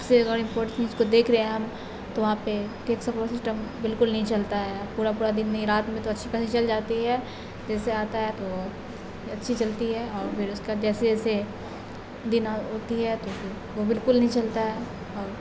اس کو دیکھ رہے ہیں ہم تو وہاں پہ ٹیک سپورٹ سسٹم بالکل نہیں چلتا ہے پورا پورا دن نہیں رات میں تو اچھی خاصی چل جاتی ہے جیسے آتا ہے تو اچھی چلتی ہے اور پھر اس کا جیسے جیسے دن ہوتی ہے تو وہ بالکل نہیں چلتا ہے اور